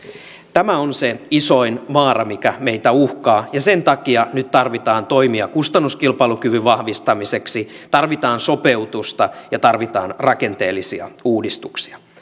tämä on se isoin vaara mikä meitä uhkaa ja sen takia nyt tarvitaan toimia kustannuskilpailukyvyn vahvistamiseksi tarvitaan sopeutusta ja tarvitaan rakenteellisia uudistuksia